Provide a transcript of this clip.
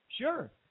Sure